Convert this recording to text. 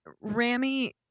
Rami